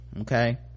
okay